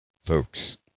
folks